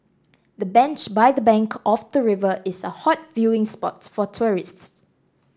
the bench by the bank of the river is a hot viewing spot for tourists